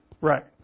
Right